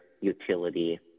utility